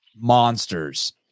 monsters